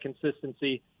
consistency